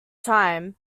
time